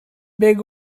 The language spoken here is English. big